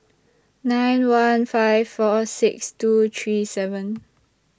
nine one five four six two three seven